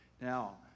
Now